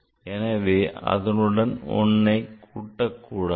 எனவே அதனுடன் 1ஐ கூட்டக் கூடாது